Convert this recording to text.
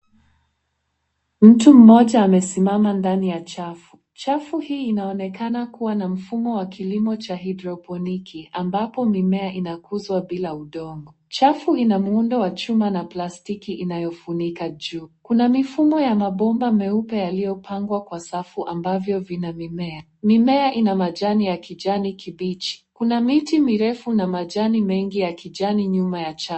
Mtu mmoja amesimama ndani ya chafu, chafu hii inaonekana kuwa na mfumo wa kilimo cha hydroponiki ambapo mimea inakuzwa bila udongo, chafu ina muundo wa chuma na plastiki inayofunika juu, kuna mifumo ya mabomba meupe yaliyopangwa kwa safu ambavyo vina mimea, mimea ina majani ya kijani kibichi, kuna miti mirefu na majani mengi ya kijani nyuma ya chafu.